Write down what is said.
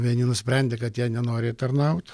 vieni nusprendė kad jie nenori tarnaut